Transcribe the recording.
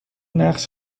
نقش